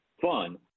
fun